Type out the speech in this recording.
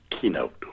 keynote